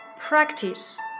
practice